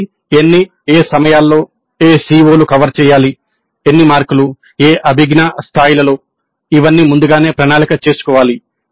కాబట్టి ఎన్ని ఏ సమయాల్లో ఏ CO లు కవర్ చేయాలి ఎన్ని మార్కులు ఏ అభిజ్ఞా స్థాయిలలో ఇవన్నీ ముందుగానే ప్రణాళిక చేసుకోవాలి